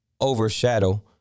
overshadow